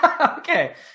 Okay